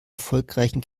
erfolgreichen